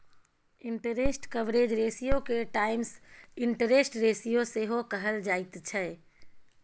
interest coverage रेशियोके times interest ratio सेहो कहल जाइत छै